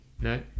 No